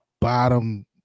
bottom